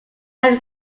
have